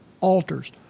altars